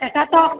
ଏଇଟା ତ